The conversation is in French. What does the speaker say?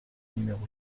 numéro